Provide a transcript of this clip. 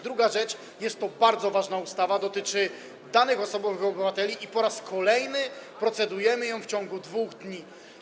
Druga rzecz, jest to bardzo ważna ustawa, dotyczy danych osobowych obywateli i po raz kolejny procedujemy nad nią w ciągu 2 dni.